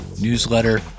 newsletter